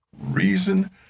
reason